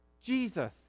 Jesus